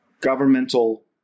governmental